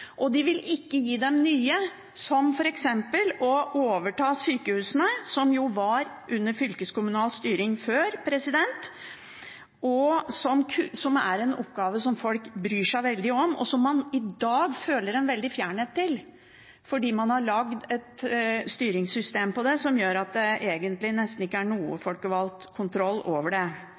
og de vil ikke gi dem nye, som f.eks. å overta sykehusene, som jo var under fylkeskommunal styring før, som er en oppgave folk bryr seg veldig om, og som man i dag føler en veldig fjernhet til fordi man har laget et styringssystem for det som gjør at det egentlig nesten ikke er noen folkevalgt kontroll over det.